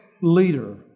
leader